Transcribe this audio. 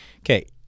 Okay